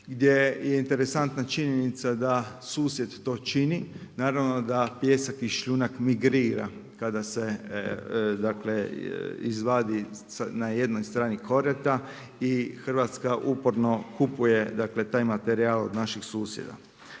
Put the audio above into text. gdje je interesantna činjenica da susjed to čini, naravno da pijesak i šljunak migrira kada se izvadi na jednoj strani korita i Hrvatska uporno kupuje taj materijal od naših susjeda.